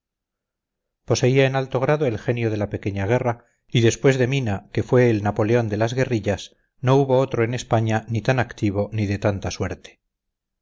pinchos poseía en alto grado el genio de la pequeña guerra y después de mina que fue el napoleón de las guerrillas no hubo otro en españa ni tan activo ni de tanta suerte